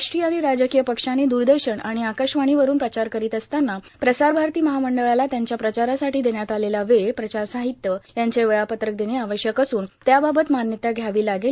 राष्ट्रीय आणि राजकीय पक्षांनी द्रदर्शन आणि आकाशवाणीवरुन प्रचार करीत असताना प्रसारभारती महामंडळाला त्यांच्या प्रचारासाठी देण्यात आलेला वेळ प्रचार साहित्य यांचे वेळापत्रक देणे आवश्यक असून त्याबाबत मान्यता घ्यावी लागेल